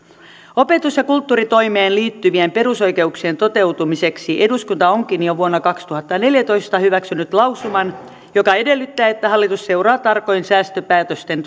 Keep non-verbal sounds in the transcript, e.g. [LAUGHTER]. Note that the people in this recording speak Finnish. opetus ja kulttuuritoimeen liittyvien perusoikeuksien toteutumiseksi eduskunta onkin jo vuonna kaksituhattaneljätoista hyväksynyt lausuman joka edellyttää että hallitus seuraa tarkoin säästöpäätösten [UNINTELLIGIBLE]